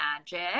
magic